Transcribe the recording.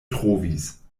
trovis